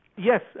Yes